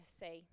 say